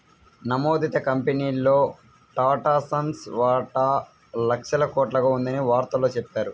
నమోదిత కంపెనీల్లో టాటాసన్స్ వాటా లక్షల కోట్లుగా ఉందని వార్తల్లో చెప్పారు